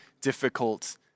difficult